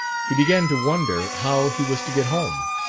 he began to wonder how he was to get home.